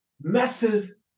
messes